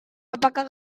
apakah